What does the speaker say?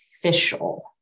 official